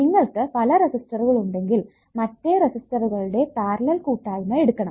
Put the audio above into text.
നിങ്ങൾക്ക് പല റെസിസ്റ്ററുകൾ ഉണ്ടെങ്കിൽ മറ്റേ റേസിറ്ററുകളുടെ പാരലൽ കൂട്ടായ്മ എടുക്കണം